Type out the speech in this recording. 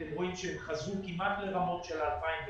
אתם רואים שהם חזרו כמעט לרמות של 2019,